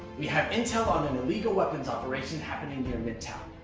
we have intel on an illegal weapons operation happening here in midtown.